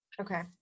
Okay